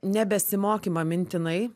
nebesimokymą mintinai